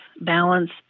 balance